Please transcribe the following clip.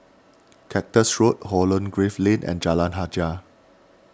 Cactus Road Holland Grove Lane and Jalan Hajijah